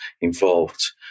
involved